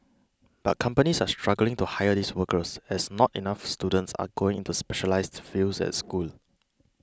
but companies are struggling to hire these workers as not enough students are going into specialised fields at school